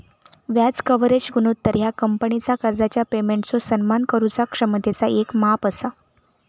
व्याज कव्हरेज गुणोत्तर ह्या कंपनीचा कर्जाच्या पेमेंटचो सन्मान करुचा क्षमतेचा येक माप असा